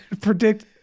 predict